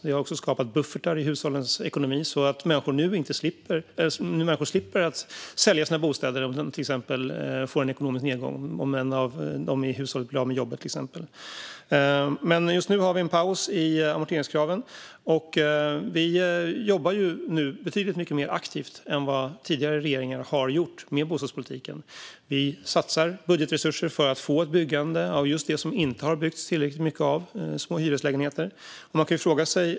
Det har också skapat buffertar i hushållens ekonomi så att människor slipper sälja sin bostad vid en ekonomisk nedgång, till exempel om någon i hushållet blir av med jobbet. Men nu har vi som sagt en paus. Vi jobbar mycket mer aktivt med bostadspolitiken än vad tidigare regeringar har gjort. Vi satsar budgetresurser för att få ett byggande av just det som det inte har byggts tillräckligt mycket av, små hyreslägenheter.